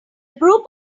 group